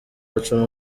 baca